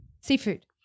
Seafood